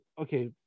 okay